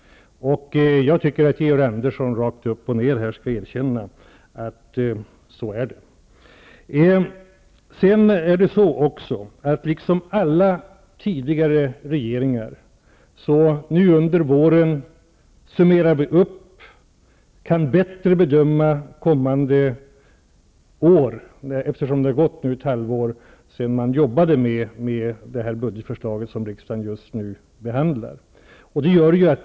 Jag tycker att Georg Andersson rakt upp och ner skall erkänna att så är det. Liksom alla tidigare regeringar, gör vi nu en sum mering under våren och kan bättre bedöma kom mande år. Det har nu gått ett halvår sedan vi arbe tade fram det budgetförslag riksdagen nu behand lar.